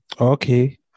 Okay